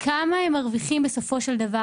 כמה הם מרוויחים בסופו של דבר.